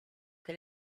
que